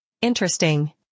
Interesting